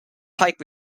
pike